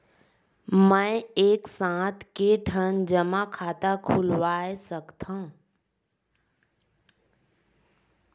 मैं एक साथ के ठन जमा खाता खुलवाय सकथव?